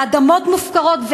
ואדמות מופקרות,